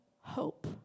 hope